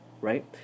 right